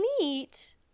meet